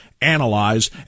analyze